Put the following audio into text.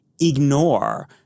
ignore